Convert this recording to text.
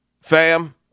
fam